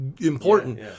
important